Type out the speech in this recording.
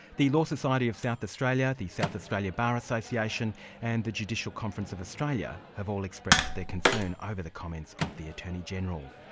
the law society of south australia, the south australia bar association and the judicial conference of australia, have all expressed their concern over the comments of the attorney-general.